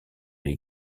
les